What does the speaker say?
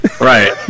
Right